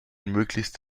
möglichst